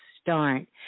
start